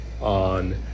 on